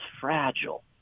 fragile